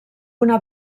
una